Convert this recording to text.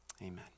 Amen